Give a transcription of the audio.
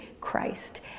Christ